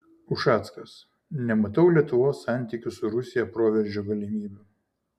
ušackas nematau lietuvos santykių su rusija proveržio galimybių